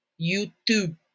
YouTube